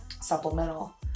supplemental